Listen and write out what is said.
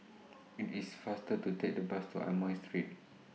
IT IS faster to Take The Bus to Amoy Street